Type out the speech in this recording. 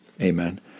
Amen